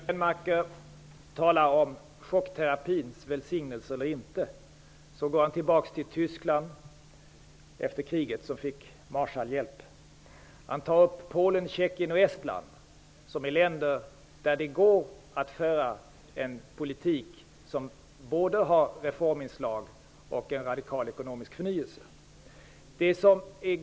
Herr talman! Göran Lennmarker talar om chockterapins välsignelse eller inte. Sedan går han tillbaka till Tyskland, som fick Marshallhjälp efter kriget. Han tar upp Polen, Tjeckien och Estland som exempel på länder där det går att föra en politik som har både reforminslag och en radikal ekonomisk förnyelse.